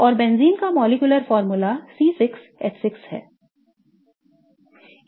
और बेंजीन का molecular formula C6H6 है